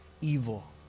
evil